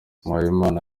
muhawenimana